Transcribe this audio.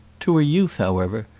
to a youth, however,